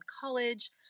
college